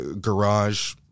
garage